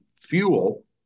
fuel